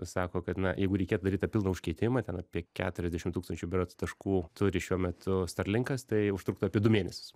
sako kad na jeigu reikėtų daryt tą pilną užkeitimą ten apie keturiasdešim tūkstančių berods taškų turi šiuo metu starlinkas tai užtruktų apie du mėnesius